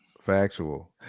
factual